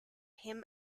him